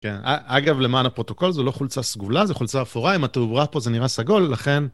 אגב, למען הפרוטוקול, זו לא חולצה סגולה, זו חולצה אפורה, עם התאורה פה זה נראה סגול, לכן...